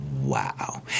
wow